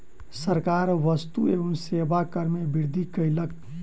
सरकार वस्तु एवं सेवा कर में वृद्धि कयलक